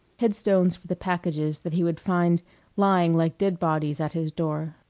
headstones for the packages that he would find lying like dead bodies at his door.